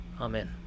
Amen